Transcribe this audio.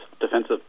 defensive